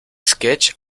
sketch